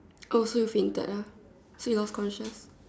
oh so you fainted ah so you lost conscious